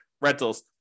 rentals